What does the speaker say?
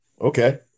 Okay